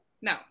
no